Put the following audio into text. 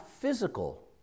physical